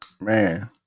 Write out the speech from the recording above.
man